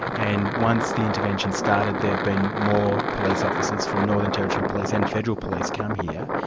and once the intervention started, there've been more police officers from northern territory police and federal police come here.